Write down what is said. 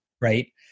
Right